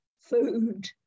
food